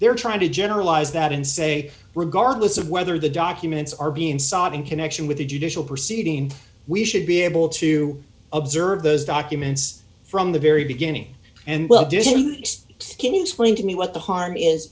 trying to generalize that and say regardless of whether the documents are being sought in connection with the judicial proceeding we should be able to observe those documents from the very beginning and well do you can you explain to me what the harm is